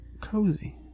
Cozy